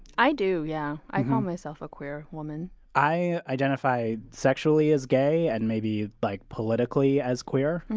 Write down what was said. i do. yeah. i call myself a queer woman i identify sexually as gay and maybe like politically as queer,